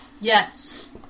Yes